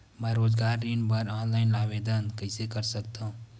मैं रोजगार ऋण बर ऑनलाइन आवेदन कइसे कर सकथव?